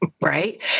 Right